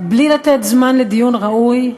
בלי לתת זמן לדיון ראוי,